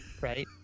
right